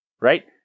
right